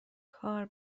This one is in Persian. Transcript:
کار